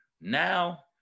Now